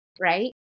right